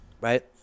right